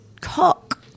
cock